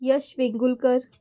Yash Vengulkar